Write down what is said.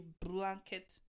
blanket